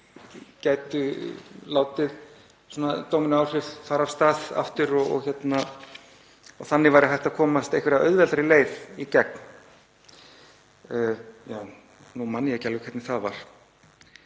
gætu látið dómínóáhrif fara af stað aftur og þannig væri hægt að komast auðveldari leið í gegn. Nú man ég ekki alveg hvernig það var.